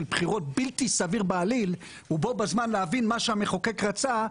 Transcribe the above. בחירות בלתי סביר בעליל ובו בזמן להבין מה שהמחוקק רצה,